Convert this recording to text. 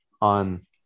on